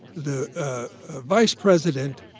the ah vice president